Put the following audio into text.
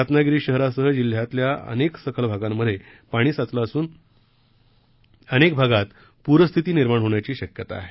रत्नागिरी शहरासह जिल्ह्यातल्या अनेक सखल भागांमध्ये पाणी साचलं असून अनेक भागात पूरस्थिती निर्माण होण्याची शक्यता आहे